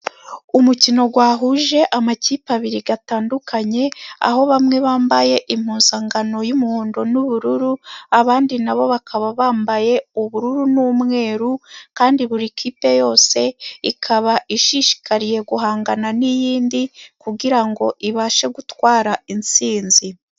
Umukino wahuje amakipe abiri atandukanye, aho bamwe bambaye impuzankano y'umuhondo n'ubururu, abandi na bo bakaba bambaye ubururu n'umweru, kandi buri kipe yose ikaba ishishikariye guhangana n'iyindi kugira ngo ibashe gutwara intsinzi.